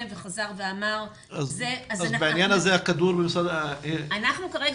וחזר ואמר --- אז בעניין זה הכדור- -- אנחנו כרגע